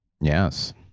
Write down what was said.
Yes